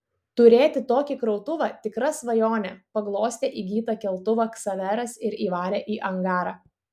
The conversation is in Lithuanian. turėti tokį krautuvą tikra svajonė paglostė įgytą keltuvą ksaveras ir įvarė į angarą